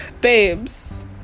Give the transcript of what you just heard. Babes